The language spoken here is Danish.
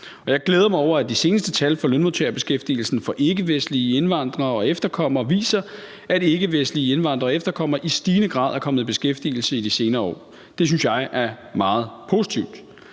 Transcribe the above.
jeg glæder mig over, at de seneste tal for lønmodtagerbeskæftigelsen for ikkevestlige indvandrere og efterkommere viser, at ikkevestlige indvandrere og efterkommere i stigende grad er kommet i beskæftigelse i de senere år. Det synes jeg er meget positivt.